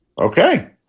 Okay